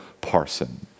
Parson